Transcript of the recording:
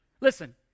Listen